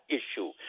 issue